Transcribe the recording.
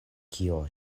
kio